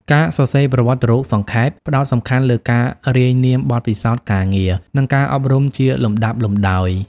ការសរសេរប្រវត្តិរូបសង្ខេប ផ្តោតសំខាន់លើការរាយនាមបទពិសោធន៍ការងារ និងការអប់រំជាលំដាប់លំដោយ។